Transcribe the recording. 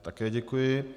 Také děkuji.